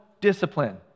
discipline